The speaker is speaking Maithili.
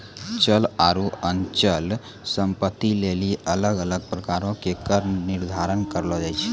चल आरु अचल संपत्ति लेली अलग अलग प्रकारो के कर निर्धारण करलो जाय छै